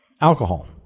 Alcohol